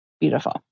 Beautiful